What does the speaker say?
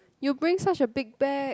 you bring such a big bag